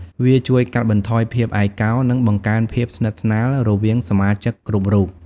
វាជួយកាត់បន្ថយភាពឯកោ និងបង្កើនភាពស្និទ្ធស្នាលរវាងសមាជិកគ្រប់រូប។